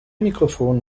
mikrofon